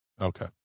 Okay